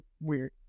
weird